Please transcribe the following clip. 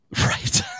Right